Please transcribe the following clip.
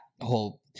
whole